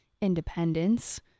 independence